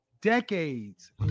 decades